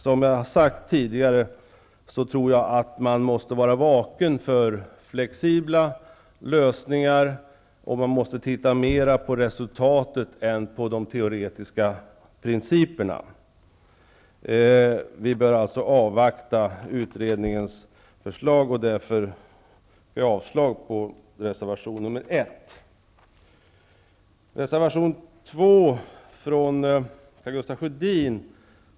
Som jag har sagt tidigare tror jag att man måste vara vaken för flexibla lösningar, och man måste titta mera på resultatet än på de teoretiska principerna. Vi bör avvakta utredningens förslag, och därför yrkar jag avslag på reservation 1. Karlskronaanstalten.